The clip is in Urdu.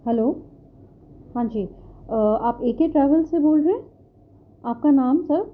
ہیلو ہاں جی آپ اے کے ٹریول سے بول رہے ہیں آپ کا نام سر